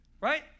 right